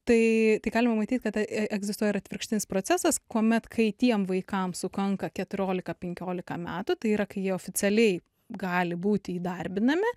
tai tai galima matyt kad e egzistuoja ir atvirkštinis procesas kuomet kai tiem vaikam sukanka keturiolika penkiolika metų tai yra kai jie oficialiai gali būti įdarbinami